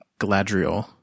Galadriel